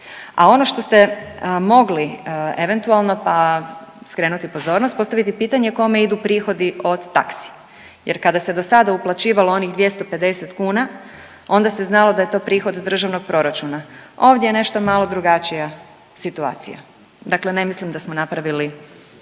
A ono što ste mogli eventualno pa skrenuti pozornost, postaviti pitanje kome idu prihodi od taksi? Jer kada se dosada uplaćivalo onih 250 kuna onda se znalo da je to prihod državnog proračuna, ovdje je nešto malo drugačija situacija. Dakle, ne mislim da smo napravili